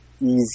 Easy